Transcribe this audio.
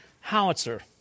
howitzer